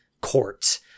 court